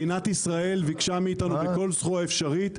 מדינת ישראל ביקשה מאתנו בכל סחורה אפשרית לפרוק.